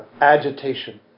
agitation